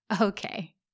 Okay